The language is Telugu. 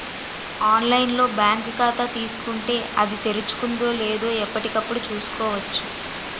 ఆన్లైన్ లో బాంకు ఖాతా తీసుకుంటే, అది తెరుచుకుందో లేదో ఎప్పటికప్పుడు చూసుకోవచ్చు